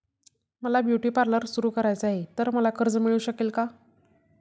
मला beauty parlour सुरू करायचे आहे तर मला कर्ज मिळू शकेल का?